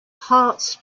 harz